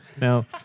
Now